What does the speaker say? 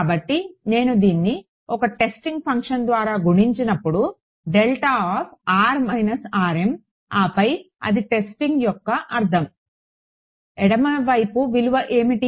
కాబట్టి నేను దీన్ని ఒక టెస్టింగ్ ఫంక్షన్ ద్వారా గుణించినప్పుడు ఆపై అది టెస్టింగ్ యొక్క అర్థం ఎడమ వైపు విలువ ఏమిటి